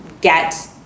get